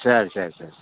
சரி சரி சரி சார்